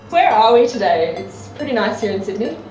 where are we today? it's pretty nice here in sydney.